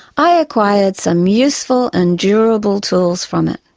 i acquired some useful and durable tools from it.